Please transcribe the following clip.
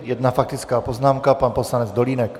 Jedna faktická poznámka pan poslanec Dolínek.